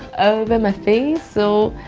over my face? so.